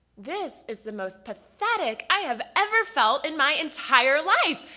this is the most pathetic i have ever felt in my entire life!